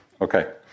Okay